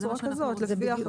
כזאת.